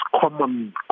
common